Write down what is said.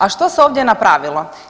A što se ovdje napravilo?